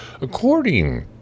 according